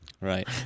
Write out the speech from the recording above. Right